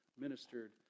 Ministered